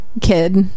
kid